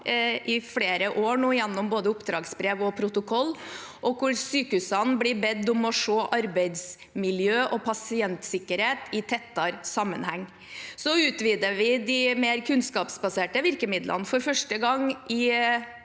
i flere år gjennom både oppdragsbrev og protokoll, hvor sykehusene blir bedt om å se arbeidsmiljø og pasientsikkerhet i tettere sammenheng. Vi utvider de mer kunnskapsbaserte virkemidlene for første gang